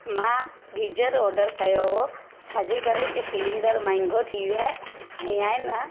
मां गीजर ऑडरु कयो हो छाजे करे की सिलैंडर महांगो थी वियो आहे ऐं आहे न